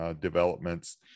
developments